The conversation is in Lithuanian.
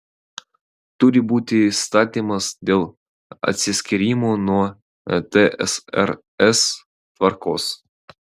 turi būti įstatymas dėl atsiskyrimo nuo tsrs tvarkos